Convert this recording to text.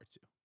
two